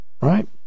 Right